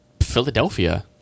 Philadelphia